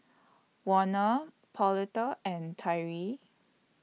Warner Pauletta and Tyree